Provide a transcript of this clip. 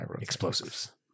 explosives